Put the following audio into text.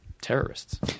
terrorists